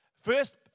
first